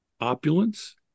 opulence